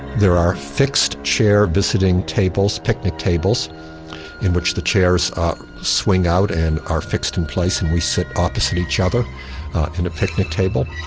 there are fixed chair visiting tables, picnic tables in which the chairs swing out and are fixed in place and we sit opposite each other in a picnic table.